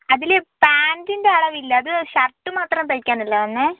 അതിൽ പാൻ്റിൻ്റെ അളവില്ല അത് ഷർട്ട് മാത്രം തൈക്കാനല്ലേ തന്നെ